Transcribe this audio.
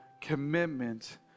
commitment